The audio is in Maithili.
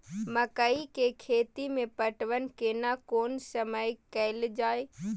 मकई के खेती मे पटवन केना कोन समय कैल जाय?